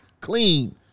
Clean